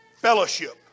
fellowship